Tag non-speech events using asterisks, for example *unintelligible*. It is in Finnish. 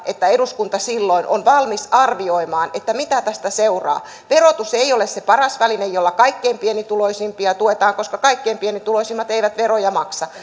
että eduskunta silloin on valmis arvioimaan että mitä tästä seuraa verotus ei ole se paras väline jolla kaikkein pienituloisimpia tuetaan koska kaikkein pienituloisimmat eivät veroja maksa *unintelligible*